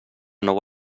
nou